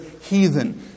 heathen